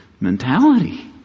mentality